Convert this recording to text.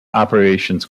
operations